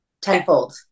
tenfold